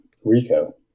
Rico